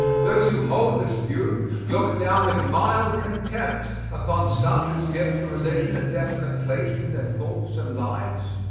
those who hold this view look down with mild contempt upon such as give to religion a definite place in their thoughts and lives.